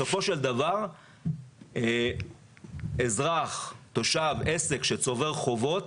בסופו של דבר אזרח, תושב, עסק, שצובר חובות,